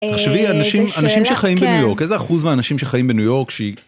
‫תחשבי, אנשים שחיים בניו יורק, ‫איזה אחוז מהאנשים שחיים בניו יורק שהיא...